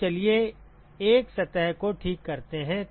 तो चलिए 1 सतह को ठीक करते हैं